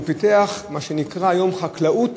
הוא פיתח מה שנקרא היום "חקלאות